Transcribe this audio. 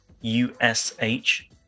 U-S-H